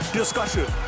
discussion